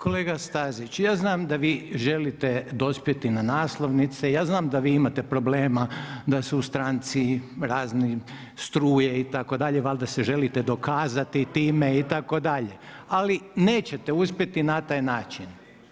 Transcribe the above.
Kolega Stazić, ja znam da vi želite dospjeti na naslovnice, ja znam da vi imate problema da su u stranci razne struje itd., valjda se želite dokazati time itd., ali nećete uspjeti na taj način.